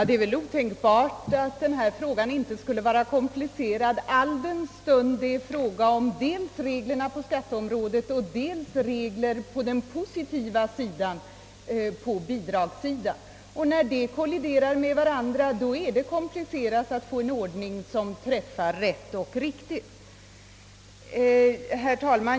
Herr talman! Denna fråga måste väl vara komplicerad, eftersom den dels gäller skattereglerna och dels reglerna på bidragssidan, alltså den positiva sidan. När de båda sakerna kolliderar är det självfallet svårt att få en ordning som träffar rätt och riktigt.